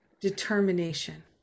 determination